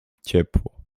ciepło